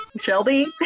Shelby